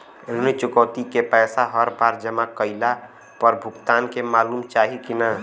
ऋण चुकौती के पैसा हर बार जमा कईला पर भुगतान के मालूम चाही की ना?